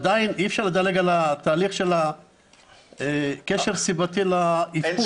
עדיין אי אפשר לדלג על התהליך של מציאת קשר סיבתי לאבחון.